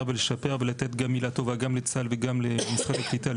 ולשפר ולתת גם מילה טובה גם לצה"ל וגם למשרד הקליטה,